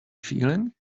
feeling